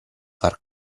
far